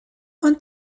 und